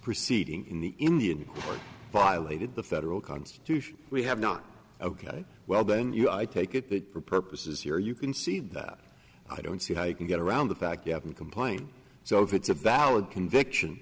proceeding in the indian court violated the federal constitution we have not ok well then you i take it for purposes here you can see that i don't see how you can get around the fact you haven't complained so if it's a valid conviction